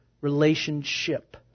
relationship